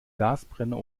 gasbrenner